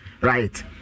right